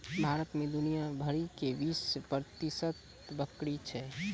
भारत मे दुनिया भरि के बीस प्रतिशत बकरी छै